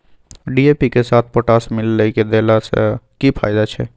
DAP के साथ potash मिललय के देला स की फायदा छैय?